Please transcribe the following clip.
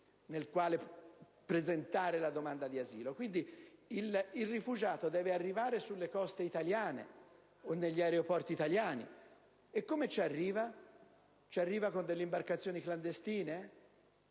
nel quale presentare la domanda d'asilo, quindi il rifugiato deve arrivare sulle coste italiane o negli aeroporti italiani. E come ci arriva? Ci arriva con delle imbarcazioni clandestine?